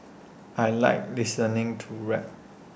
I Like listening to rap